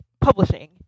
publishing